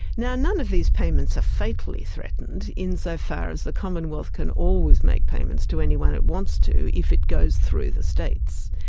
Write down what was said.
now, none of these payments are ah fatally threatened, insofar as the commonwealth can always make payments to anyone it wants to if it goes through the states,